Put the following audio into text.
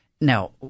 now